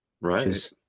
Right